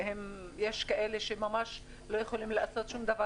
יש כאלה שממש לא יכולים לעשות שום דבר